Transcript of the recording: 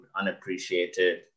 unappreciated